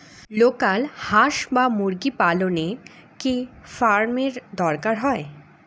Local হাস বা মুরগি পালনে কি ফার্ম এর দরকার হয়?